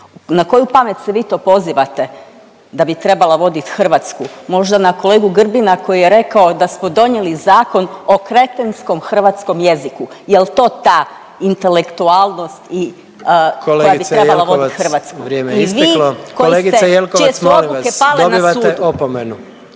Na koju pamet se vi to pozivate da bi trebala voditi Hrvatsku? Možda na kolegu Grbina koji je rekao da smo donijeli zakon o kretenskom hrvatskom jeziku? Jel to ta intelektualnost i koja bi trebala voditi Hrvatsku? …/Upadica predsjednik: Kolegice